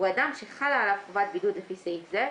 הוא אדם שחלה עליו חובת בידוד לפי סעיף זה,